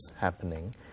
happening